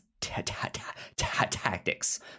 tactics